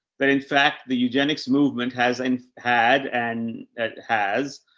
that in fact the eugenics movement has and had and has,